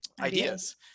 Ideas